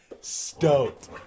stoked